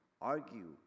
argue